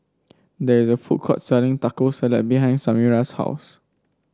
there is a food court selling Taco Salad behind Samira's house